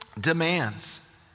demands